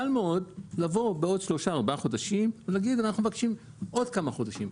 קל מאוד לבוא בעוד 3-4 חודשים ולהגיד שמבקשים עוד כמה חודשים.